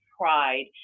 pride